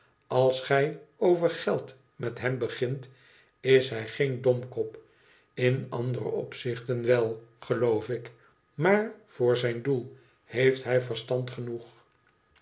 als gij over geld met hem begint is hij geen domkop m andere opzichten wel geloof ik maar voor zijn doel heeft hij verstand genoeg